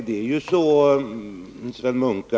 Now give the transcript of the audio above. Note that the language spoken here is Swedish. Fru talman!